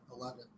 eleven